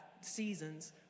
seasons